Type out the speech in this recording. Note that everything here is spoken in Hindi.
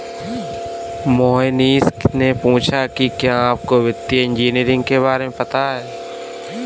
मोहनीश ने पूछा कि क्या आपको वित्तीय इंजीनियरिंग के बारे में पता है?